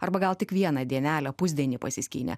arba gal tik vieną dienelę pusdienį pasiskynę